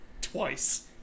twice